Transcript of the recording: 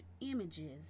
images